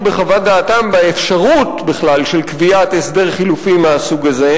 בכלל בחוות דעתם באפשרות של קביעת הסדר חלופי מהסוג הזה,